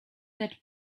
that